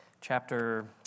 chapter